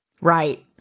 Right